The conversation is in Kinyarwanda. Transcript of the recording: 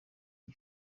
iyi